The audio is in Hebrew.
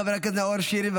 חבר הכנסת נאור שירי.